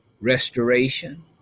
restoration